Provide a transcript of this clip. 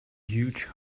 huge